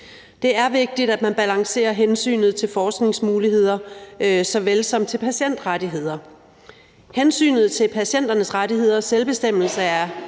Det er vigtigt, at man balancerer hensynet til forskningsmuligheder med hensynet til patientrettigheder. Hensynet til patienternes rettigheder og selvbestemmelse er